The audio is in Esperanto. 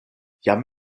jam